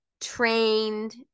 trained